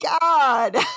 God